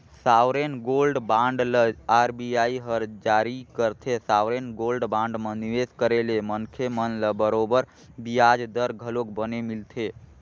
sovereign gold bond ल RBI हर जारी करथे, सॉवरेन गोल्ड बांड म निवेस करे ले मनखे मन ल बरोबर बियाज दर घलोक बने मिलथे